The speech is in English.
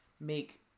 make